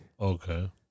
Okay